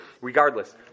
Regardless